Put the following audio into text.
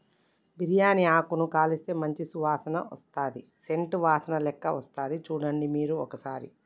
బిరియాని ఆకును కాలిస్తే మంచి సువాసన వస్తది సేంట్ వాసనలేక్క వస్తది చుడండి మీరు ఒక్కసారి